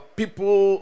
people